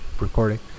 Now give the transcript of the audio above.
recording